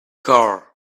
car